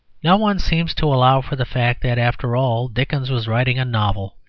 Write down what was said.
no one seems to allow for the fact that, after all, dickens was writing a novel,